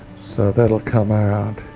so that'll come around.